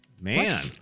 Man